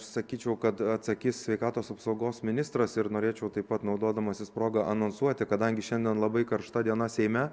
sakyčiau kad atsakys sveikatos apsaugos ministras ir norėčiau taip pat naudodamasis proga anonsuoti kadangi šiandien labai karšta diena seime